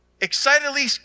excitedly